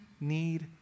need